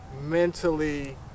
mentally